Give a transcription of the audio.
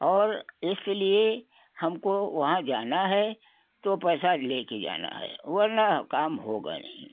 और इसलिए हमको वहाँ जाना है तो पैसा लेके जाना है वरना काम होगा नहीं